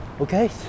Okay